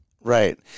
Right